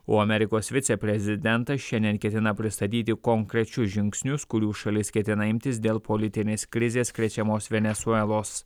o amerikos viceprezidentas šiandien ketina pristatyti konkrečius žingsnius kurių šalis ketina imtis dėl politinės krizės krečiamos venesuelos